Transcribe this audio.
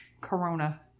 corona